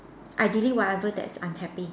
I delete whatever that's unhappy